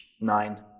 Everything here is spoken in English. Nine